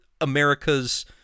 America's